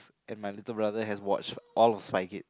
and my little brother has watch all Spy-Kids